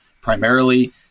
primarily